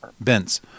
Benz